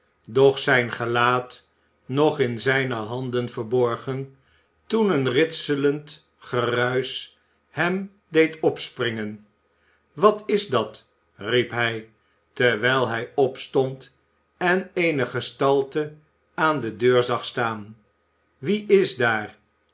doch zijn gelaat nog in zijne handen verborgen toen een ritselend geruisch hem deed opspringen wat is dat riep hij terwijl hij opstond en eene gestalte aan de deur zag staan wie is daar